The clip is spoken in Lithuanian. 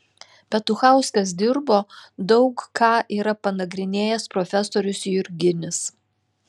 petuchauskas dirbo daug ką yra panagrinėjęs profesorius jurginis